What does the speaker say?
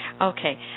Okay